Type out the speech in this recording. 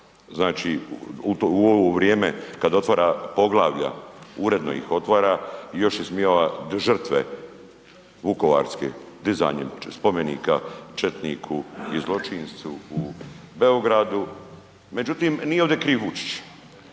znači u ovo vrijeme kad otvara poglavlja, uredno ih otvara i još ismijava žrtve vukovarske, dizanjem spomenika četniku i zločincu u Beogradu. Međutim, nije ovdje kriv Vučić,